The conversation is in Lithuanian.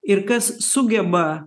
ir kas sugeba